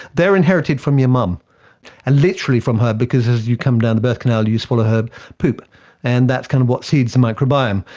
they are inherited from your mum, and literally from her because as you come down the birth canal you swallow her poop and that is kind of what seeds the microbiome.